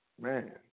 Man